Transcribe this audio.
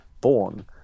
born